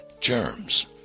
Germs